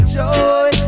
joy